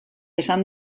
esan